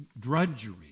drudgery